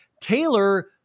Taylor